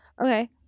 Okay